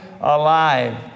alive